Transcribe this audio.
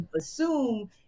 assume